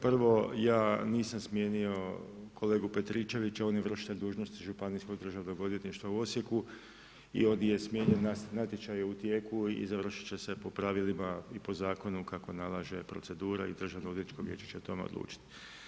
Prvo, ja nisam smijenio kolegu Petričevića, on je vršitelj dužnosti Županijskog državnog odvjetništva u Osijeku i ovdje je smijenjen na natječaju u tijeku i završiti će se po pravilima, po zakonu, kako nalaže procedura i Državno odvjetničko vijeće će o tome odlučiti.